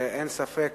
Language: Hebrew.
ואין ספק,